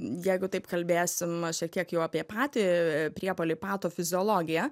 jeigu taip kalbėsim šiek tiek jau apie patį priepuolį patofiziologiją